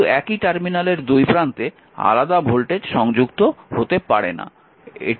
কিন্তু একই টার্মিনালের দুই প্রান্তে আলাদা ভোল্টেজ সংযুক্ত হতে পারে না